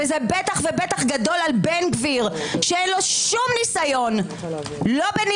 וזה בטח ובטח גדול על בן גביר שאין לו שום ניסיון לא בניהול,